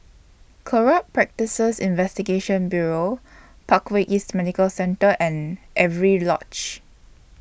Corrupt Practices Investigation Bureau Parkway East Medical Centre and Avery Lodge